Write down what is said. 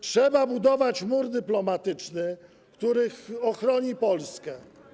Trzeba budować mur dyplomatyczny, który ochroni Polskę.